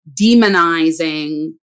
demonizing